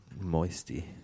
Moisty